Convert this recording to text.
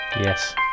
yes